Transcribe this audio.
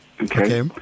Okay